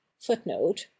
footnote